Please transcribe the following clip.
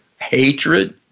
hatred